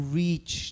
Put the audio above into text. reach